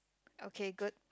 okay good